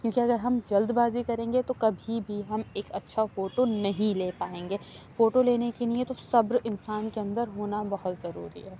کیوں کہ اگر ہم جلد بازی کریں گے تو کبھی بھی ہم ایک اچھا فوٹو نہیں لے پائیں گے فوٹو لینے کے لیے تو صبر انسان کے اندر ہونا بہت ضروری ہے